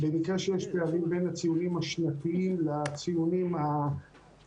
במקרה שיש פערים בין הציונים השנתיים לציוני הבחינות.